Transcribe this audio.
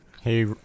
Hey